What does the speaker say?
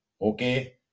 okay